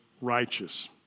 righteous